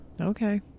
Okay